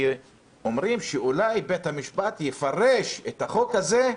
כי אומרים שאולי בית המשפט יפרש את החוק הזה,